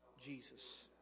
Jesus